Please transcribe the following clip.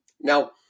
Now